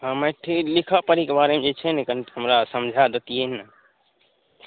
हँ मैथिली लिखै पढ़ैके बारेमे कनी हमरा समझा देतिए ने